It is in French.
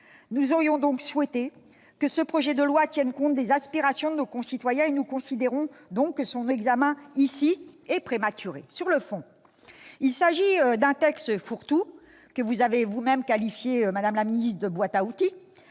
Nous aurions donc souhaité que ce projet de loi tienne compte des aspirations de nos concitoyens et considérons que son examen, dans cette enceinte, est prématuré. Sur le fond, il s'agit d'un texte fourre-tout- vous le qualifiez vous-même, madame la ministre, de boîte à outils